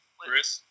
Chris